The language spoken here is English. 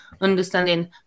understanding